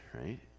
right